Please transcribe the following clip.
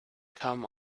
come